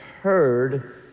heard